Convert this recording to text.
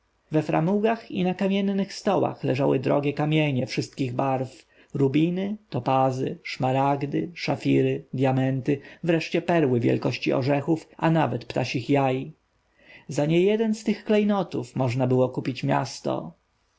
we framugach i na kamiennych stołach leżały drogie kamienie wszystkich barw rubiny topazy szmaragdy szafiry diamenty wreszcie perły wielkości orzechów a nawet ptasich jaj za niejeden z tych klejnotów można było kupić miasto